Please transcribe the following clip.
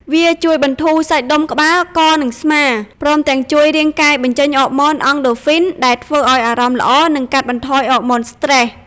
វាជួយបន្ធូរសាច់ដុំក្បាល ក និងស្មា ព្រមទាំងជួយរាងកាយបញ្ចេញអ័រម៉ូន អង់ដូហ្វ៊ីន (Endorphins) ដែលធ្វើឲ្យអារម្មណ៍ល្អ និងកាត់បន្ថយអ័រម៉ូនស្ត្រេស។